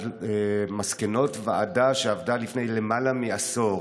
על מסקנות ועדה שעבדה לפני למעלה מעשור.